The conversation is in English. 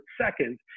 second